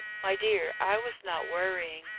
my dear, i was not worrying.